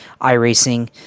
iRacing